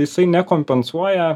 jisai nekompensuoja